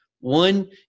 One